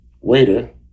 waiter